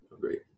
Great